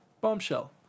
bombshell